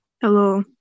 Hello